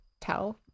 tell